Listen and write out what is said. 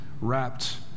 wrapped